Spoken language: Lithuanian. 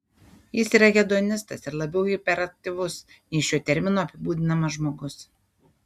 jis yra hedonistas ir labiau hiperaktyvus nei šiuo terminu apibūdinamas žmogus